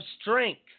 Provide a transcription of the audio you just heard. strength